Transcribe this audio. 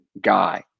guy